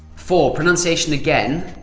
four. pronunciation again,